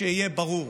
שיהיה ברור,